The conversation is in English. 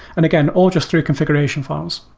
and again, all just through configuration files.